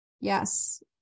yes